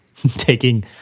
taking